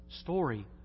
story